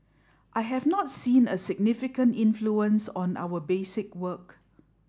I have not seen a significant influence on our basic work